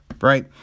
right